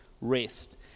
rest